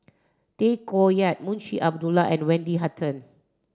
Tay Koh Yat Munshi Abdullah and Wendy Hutton